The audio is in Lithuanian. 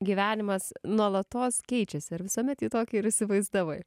gyvenimas nuolatos keičiasi ar visuomet jį tokį ir įsivaizdavai